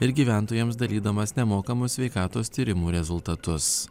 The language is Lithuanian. ir gyventojams dalydamas nemokamus sveikatos tyrimų rezultatus